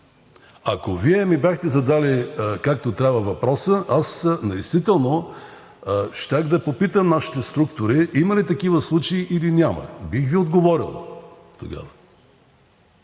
Ако Вие ми бяхте задали както трябва въпроса, аз щях да попитам нашите структури има ли такива случаи, или няма. Бих Ви отговорил тогава.